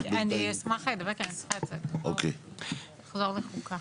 אני אשמח לדבר כי אני צריכה לחזור לחוקה.